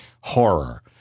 horror